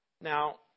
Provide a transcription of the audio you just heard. Now